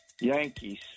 Yankees